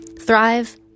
Thrive